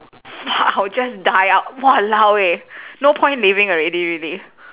fuck I'll just die ah !walao! eh no point living already really